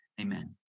Amen